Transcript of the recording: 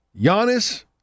Giannis